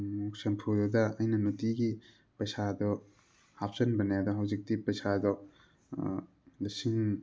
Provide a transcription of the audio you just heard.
ꯁꯦꯝꯐꯨꯗꯨꯗ ꯑꯩꯅ ꯅꯨꯇꯤꯒꯤ ꯄꯩꯁꯥꯗꯣ ꯍꯥꯞꯆꯟꯕꯅꯦ ꯑꯗꯣ ꯍꯧꯖꯤꯛꯇꯤ ꯄꯩꯁꯥꯗꯣ ꯂꯤꯁꯤꯡ